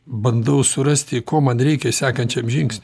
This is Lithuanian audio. bandau surasti ko man reikia sekančiam žingsniui